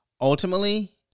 Ultimately